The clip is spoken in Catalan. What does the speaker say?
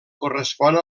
correspon